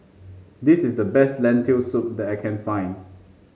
this is the best Lentil Soup that I can find